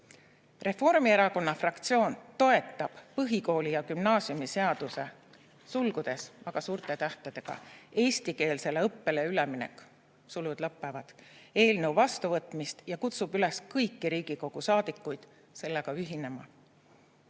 Reformierakonna fraktsioon toetab põhikooli- ja gümnaasiumiseaduse (sulgudes, aga suurte tähtedega: eestikeelsele õppele üleminek) eelnõu vastuvõtmist ja kutsub üles kõiki Riigikogu saadikuid sellega